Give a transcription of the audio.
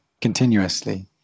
continuously